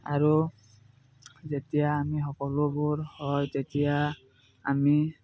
আৰু যেতিয়া আমি সকলোবোৰ হয় তেতিয়া আমি